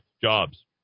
jobs